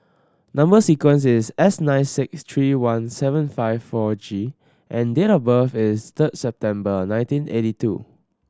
number sequence is S nine six three one seven five four G and date of birth is third September nineteen eighty two